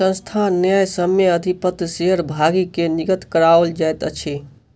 संस्थान न्यायसम्य अधिपत्र शेयर भागी के निर्गत कराओल जाइत अछि